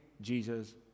Jesus